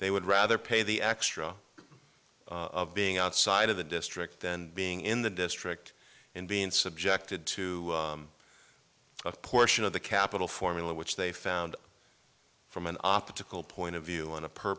they would rather pay the extra of being outside of the district and being in the district and being subjected to a portion of the capital formula which they found from an optical point of view on a per